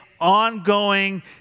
ongoing